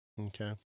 Okay